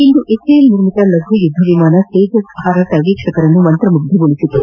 ಇಂದು HAL ನಿರ್ಮಿತ ಲಘು ಯುದ್ದ ವಿಮಾನ ತೇಜಸ್ ಹಾರಾಟ ವೀಕ್ಷಕರನ್ನು ಮಂತ್ರಮುಗ್ಗೊಳಿಸಿತು